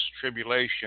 tribulation